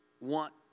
want